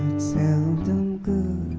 seldom good